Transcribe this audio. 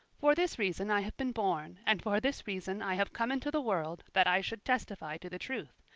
for this reason i have been born, and for this reason i have come into the world, that i should testify to the truth.